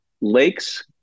lakes